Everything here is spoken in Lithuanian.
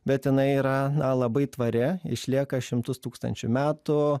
bet jinai yra na labai tvari išlieka šimtus tūkstančių metų